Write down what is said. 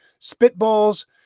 spitballs